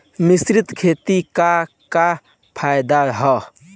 मिश्रित खेती क का फायदा ह?